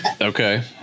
okay